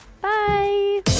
Bye